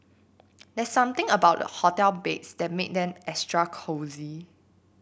there's something about the hotel beds that make them extra cosy